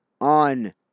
on